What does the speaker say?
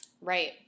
Right